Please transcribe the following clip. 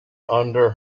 under